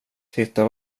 titta